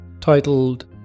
titled